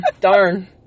darn